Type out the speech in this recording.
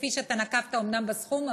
כפי שאתה נקבת אומנם בסכום,